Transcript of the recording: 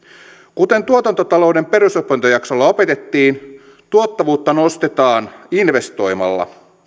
kuten tuotantotalouden perusopintojaksolla opetettiin tuottavuutta nostetaan investoimalla